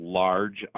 large